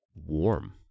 warm